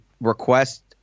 request